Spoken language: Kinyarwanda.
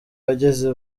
wagenze